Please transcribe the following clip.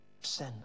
sin